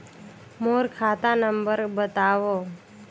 मोर खाता नम्बर बताव?